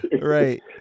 Right